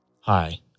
Hi